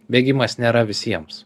bėgimas nėra visiems